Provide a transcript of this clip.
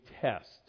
test